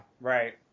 right